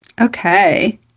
Okay